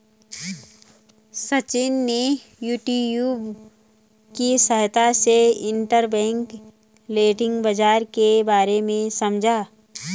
सचिन ने यूट्यूब की सहायता से इंटरबैंक लैंडिंग बाजार के बारे में समझा